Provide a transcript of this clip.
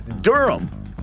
Durham